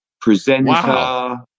Presenter